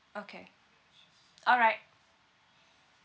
okay all right